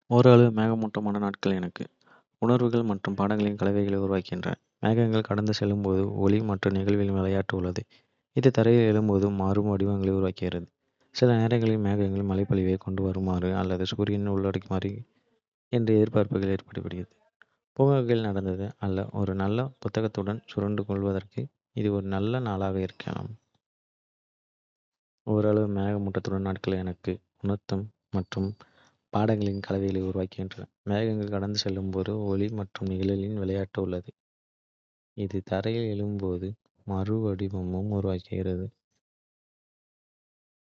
ஓரளவு மேகமூட்டமான நாட்கள் எனக்கு. உணர்வுகள் மற்றும் படங்களின் கலவையை உருவாக்குகின்றன. மேகங்கள் கடந்து செல்லும்போது ஒளி. மற்றும் நிழலின் விளையாட்டு உள்ளது, இது தரையில் எப்போதும் மாறும் வடிவங்களை உருவாக்குகிறது. சில நேரங்களில் மேகங்கள் மழையைக் கொண்டு வருமா. அல்லது சூரியன் உடைக்குமா என்ற எதிர்பார்ப்பு ஏற்படுகிறது. பூங்காவில் நடக்க அல்லது ஒரு நல்ல புத்தகத்துடன் சுருண்டு கொள்வதற்கு இது ஒரு நல்ல நாளாக இருக்கலாம்.